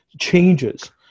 changes